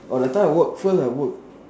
or that time I work first I work